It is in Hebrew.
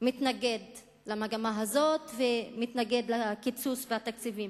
מתנגד למגמה הזאת, ומתנגד לקיצוץ התקציבים.